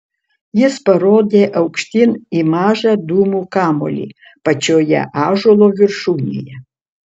jis parodė aukštyn į mažą dūmų kamuolį pačioje ąžuolo viršūnėje